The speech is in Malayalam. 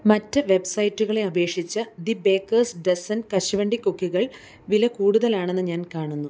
മറ്റു വെബ്സൈറ്റുകളെ അപേഷിച്ച് ദി ബേക്കേഴ്സ് ഡസൻ കശുവണ്ടി കുക്കികൾ വില കൂടുതലാണെന്ന് ഞാൻ കാണുന്നു